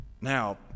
Now